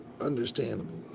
understandable